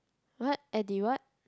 what edi what